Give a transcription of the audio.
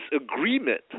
agreement